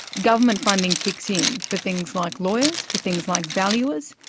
government funding kicks in for things like lawyers, for things like valuers.